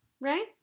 right